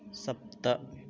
सप्त